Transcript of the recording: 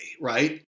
right